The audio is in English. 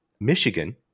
Michigan